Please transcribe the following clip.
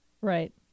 Right